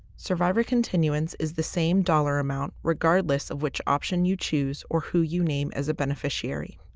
survivor continuance is the same dollar amount regardless of which option you choose or who you name as a beneficiary.